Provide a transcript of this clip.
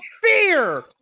fear